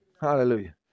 Hallelujah